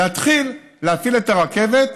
להתחיל להפעיל את הרכבת,